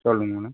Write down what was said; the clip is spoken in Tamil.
சொல்லுங்க மேடம்